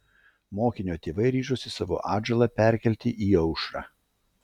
mokinio tėvai ryžosi savo atžalą perkelti į aušrą